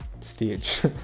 stage